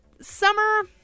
summer